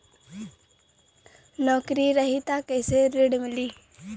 नौकरी रही त कैसे ऋण मिली?